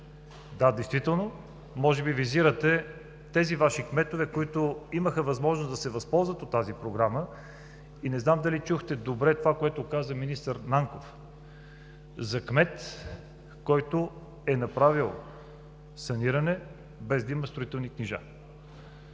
Да, действително, може би, визирате тези Ваши кметове, които имаха възможност да се възползват по тази Програма. Не знам дали добре чухте това, което каза министър Нанков, за кмет, който е направил саниране без да има строителни книжа?!